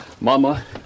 Mama